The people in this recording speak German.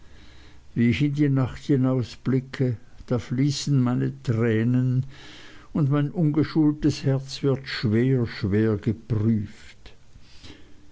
wie ich in die nacht hinausblicke da fließen meine tränen und mein ungeschultes herz wird schwer schwer geprüft